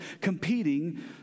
competing